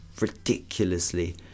ridiculously